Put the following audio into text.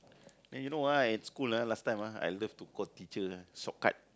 then you know why at school ah last time ah I love to call teacher ah shortcut